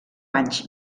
anys